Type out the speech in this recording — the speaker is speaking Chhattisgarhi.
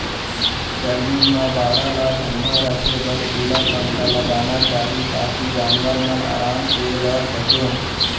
गरमी म बाड़ा ल ठंडा राखे बर कूलर, पंखा लगाना चाही ताकि जानवर मन आराम से रह सकें